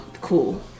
cool